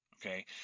Okay